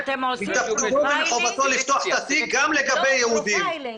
מתפקידו ומחובתו לפתוח את התיק גם לגבי יהודים.